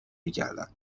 میکردند